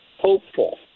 hopeful